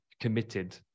committed